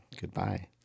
goodbye